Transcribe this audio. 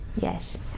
Yes